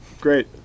great